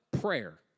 Prayer